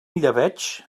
llebeig